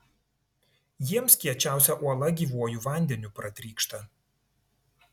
jiems kiečiausia uola gyvuoju vandeniu pratrykšta